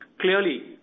Clearly